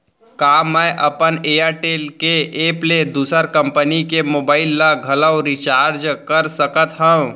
का मैं अपन एयरटेल के एप ले दूसर कंपनी के मोबाइल ला घलव रिचार्ज कर सकत हव?